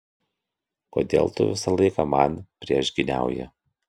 kodėl tu visą laiką man priešgyniauji